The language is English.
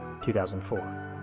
2004